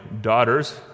daughters